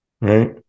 Right